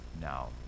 Now